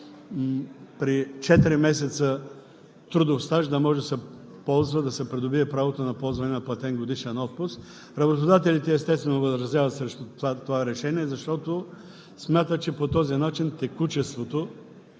четири месеца трудов стаж да може да се придобие правото на ползване на платен годишен отпуск. Работодателите, естествено, възразяват срещу това решение, защото смятат, че по този начин текучеството